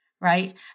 right